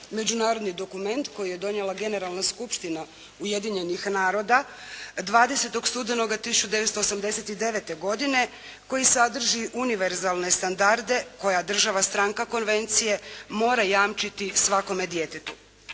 Međunarodni dokument koji je donijela Generalna skupština Ujedinjenih naroda 20. studenoga 1989. godine koji sadrži univerzalne standarde koja država stranka konvencije moja jamčiti svakome djetetu.